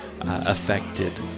affected